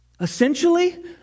Essentially